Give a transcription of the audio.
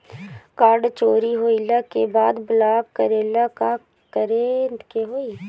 Card चोरी होइला के बाद ब्लॉक करेला का करे के होई?